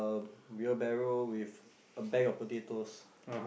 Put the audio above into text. wheelbarrow with a bag of potatoes